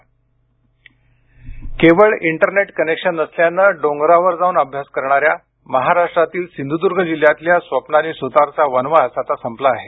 सिंधुदुर्ग केवळ internet connection नसल्यानं डोंगरावर जाऊन अभ्यास करणाऱ्या महाराष्ट्रातील सिंधुदुर्ग जिल्ह्यातल्या स्वप्नाली सुतारचा वनवास आता संपला आहे